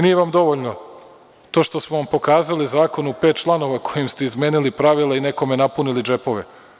Nije vam dovoljno to što smo vam pokazali u pet članova kojem ste izmenili pravila i nekome napunili džepove.